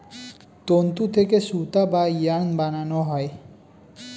তন্তু থেকে সুতা বা ইয়ার্ন বানানো হয়